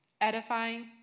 edifying